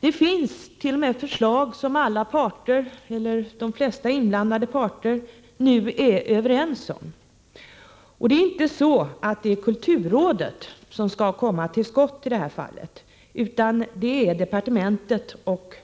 Det finns t.o.m. förslag som de flesta inblandade parter nu är överens om. Det är inte kulturrådet som skall komma till skott i det här fallet, utan det är departementet och